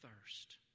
thirst